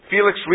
Felix